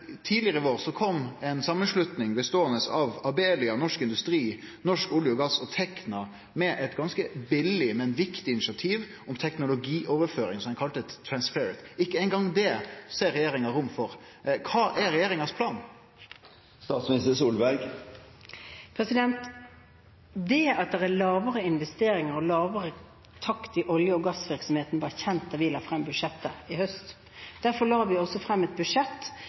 gass og Tekna med eit ganske billeg, men viktig initiativ om teknologioverføring, som ein kalla Transferit. Ikkje eingong det ser regjeringa rom for. Kva er regjeringa sin plan? Det at det er lavere investeringer og lavere takt i olje- og gassvirksomheten, var kjent da vi la frem budsjettet i høst. Derfor la vi også frem et budsjett